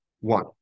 One